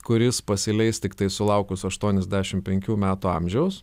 kuris pasileis tiktai sulaukus aštuoniasdešim penkių metų amžiaus